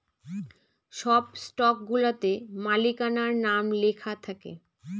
সব স্টকগুলাতে মালিকানার নাম লেখা থাকে